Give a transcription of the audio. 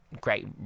great